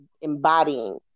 embodying